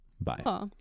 Bye